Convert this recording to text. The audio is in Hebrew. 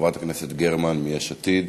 חברת הכנסת גרמן מיש עתיד.